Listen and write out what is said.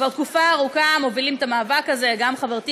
כבר תקופה ארוכה מובילים את המאבק הזה חברתי